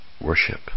worship